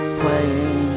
playing